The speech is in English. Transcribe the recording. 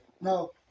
No